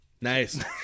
Nice